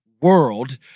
world